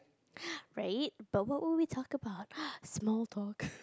right but what will we do talk about small talk